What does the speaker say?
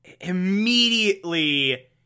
immediately